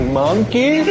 monkey